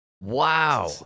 Wow